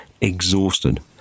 exhausted